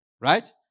Right